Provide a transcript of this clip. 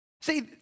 See